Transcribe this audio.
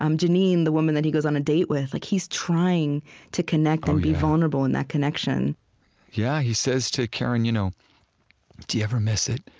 um jeannine, the woman that he goes on a date with. like he's trying to connect and be vulnerable in that connection yeah he says to karen, you know do you ever miss it?